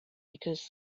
because